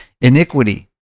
iniquity